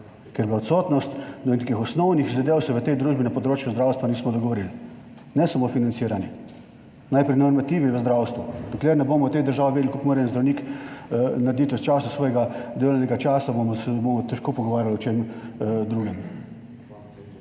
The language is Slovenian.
Ker je bila odsotnost, nekih osnovnih zadev se v tej družbi na področju zdravstva nismo dogovorili, ne samo financiranja. Najprej normativi v zdravstvu. Dokler ne bomo v tej državi vedeli, koliko mora en zdravnik narediti v času svojega delovnega časa, se bomo težko pogovarjali o čem drugem.